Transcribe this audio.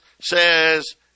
says